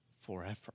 forever